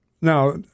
now